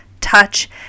touch